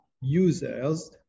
users